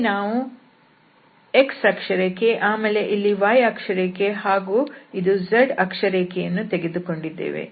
ಇಲ್ಲಿ ನಾವು x ಅಕ್ಷರೇಖೆ ಆಮೇಲೆ ಇಲ್ಲಿ y ಅಕ್ಷರೇಖೆ ಹಾಗೂ ಇದು z ಅಕ್ಷರೇಖೆಯನ್ನು ತೆಗೆದುಕೊಂಡಿದ್ದೇವೆ